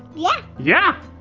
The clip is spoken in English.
yeah. yeah!